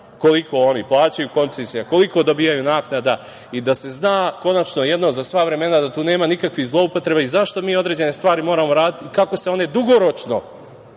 koliko oni plaćaju koncesija, koliko dobijaju naknada i da se zna konačno jednom za sva vremena da tu nema nikakvih zloupotreba, zašto mi određene stvari moramo raditi. Kako se one dugoročno